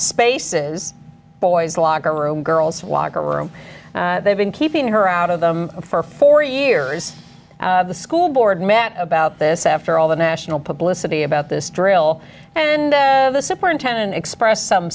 spaces boys locker room girls locker room they've been keeping her out of them for four years the school board met about this after all the national publicity about this drill and the superintendent expressed some